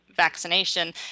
vaccination